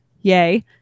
Yay